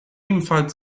ebenfalls